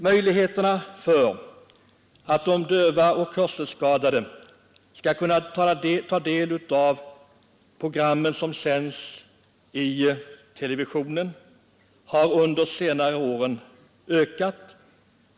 Möjligheterna för de döva och hörselskadade att ta del av programmen som sänds i televisionen har, som jag nämnde, under senare år ökat.